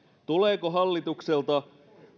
tuleeko hallitukselta